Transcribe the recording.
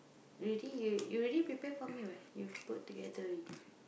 already you you already prepared for me what you put together already